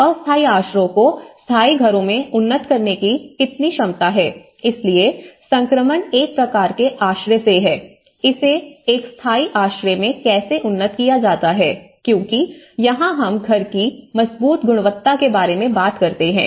अस्थायी आश्रयों को स्थायी घरों में उन्नत करने की कितनी क्षमता है इसलिए संक्रमण एक प्रकार के आश्रय से है इसे एक स्थायी आश्रय में कैसे उन्नत किया जा सकता है क्योंकि यहां हम घर की मजबूत गुणवत्ता के बारे में बात करते हैं